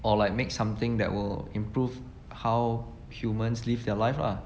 or like make something that will improve how humans live their life lah